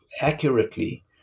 accurately